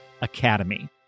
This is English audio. academy